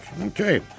Okay